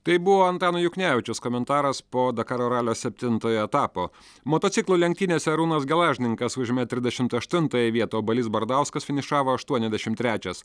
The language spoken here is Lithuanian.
tai buvo antano juknevičiaus komentaras po dakaro ralio septintojo etapo motociklų lenktynėse arūnas gelažninkas užėmė trisdešimt aštuntąją vietą o balys bardauskas finišavo aštuoniasdešim trečias